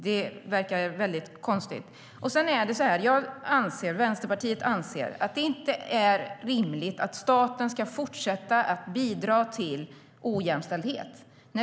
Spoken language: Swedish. Det verkar väldigt konstigt. Jag och Vänsterpartiet anser att det inte är rimligt att staten ska fortsätta att bidra till ojämställdhet.